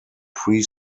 pre